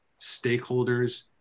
stakeholders